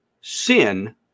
sin